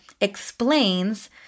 explains